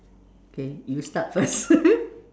K you start first